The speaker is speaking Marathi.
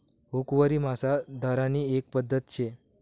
हुकवरी मासा धरानी एक पध्दत शे